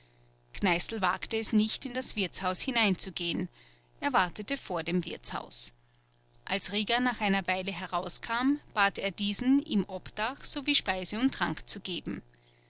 kneißl wagte es nicht in das wirtshaus hineinzugehen er wartete vor dem wirtshaus als rieger nach einer weile herauskam bat er diesen ihm obdach sowie speise und trank zu geben